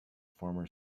former